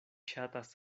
ŝatas